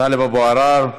טלב אבו עראר,